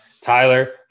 Tyler